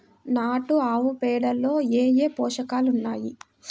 నాటు ఆవుపేడలో ఏ ఏ పోషకాలు ఉన్నాయి?